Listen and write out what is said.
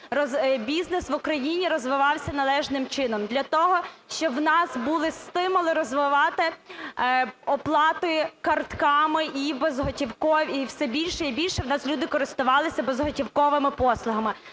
бізнес в Україні розвивався належним чином, для того, щоб в нас були стимули розвивати оплати картками і все більше і більше у нас люди користувалися безготівковими послугами.